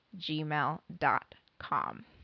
gmail.com